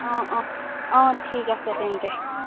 অ অ অ ঠিক আছে তেন্তে